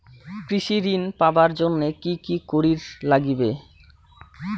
কৃষি ঋণ পাবার জন্যে কি কি করির নাগিবে?